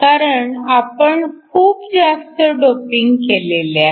कारण आपण खूप जास्त डोपिंग केलेले आहे